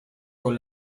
con